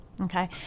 okay